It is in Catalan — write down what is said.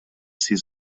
sis